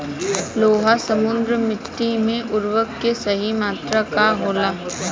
लौह समृद्ध मिट्टी में उर्वरक के सही मात्रा का होला?